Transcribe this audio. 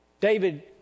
David